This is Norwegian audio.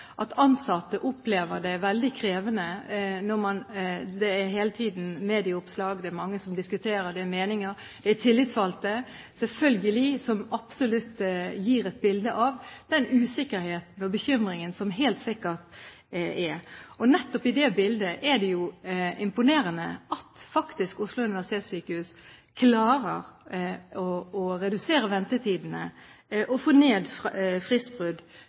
at ansatte opplever det veldig krevende når det hele tiden er medieoppslag, det er mange som diskuterer, det er meninger, og det er tillitsvalgte. Selvfølgelig gir dette absolutt et bilde av den usikkerheten og bekymringen som helt sikkert er der. Nettopp i det bildet er det imponerende at Oslo universitetssykehus klarer å redusere ventetidene og få ned fristbrudd